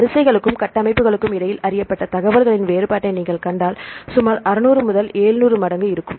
வரிசைகளுக்கும் கட்டமைப்புகளுக்கும் இடையில் அறியப்பட்ட தகவல்களின் வேறுபாட்டை நீங்கள் கண்டால் சுமார் 600 முதல் 700 மடங்கு இருக்கும்